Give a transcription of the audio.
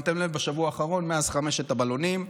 שמתם לב, בשבוע האחרון, מאז חמשת הבלונים?